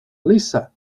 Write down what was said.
lisa